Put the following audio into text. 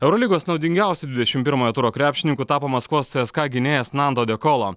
eurolygos naudingiausiu dvidešimt pirmojo turo krepšininku tapo maskvos cska gynėjas nando de colo